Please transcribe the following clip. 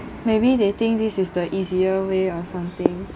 maybe they think this is the easier way or something